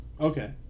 Okay